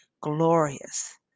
glorious